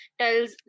tells